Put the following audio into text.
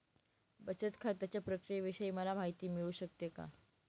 बचत खात्याच्या प्रक्रियेविषयी मला माहिती मिळू शकते का?